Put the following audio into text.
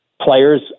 players